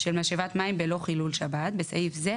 של משאבת מים בלא חילול שבת (בסעיף זה,